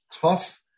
tough